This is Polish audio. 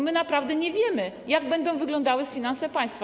My naprawdę nie wiemy, jak będą wyglądały finanse państwa.